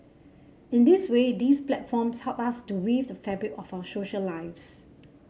in this way these platforms help us to weave the fabric of our social lives